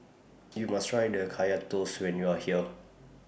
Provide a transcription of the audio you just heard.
YOU must Try The Kaya Toast when YOU Are here